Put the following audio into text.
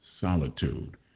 solitude